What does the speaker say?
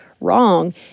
wrong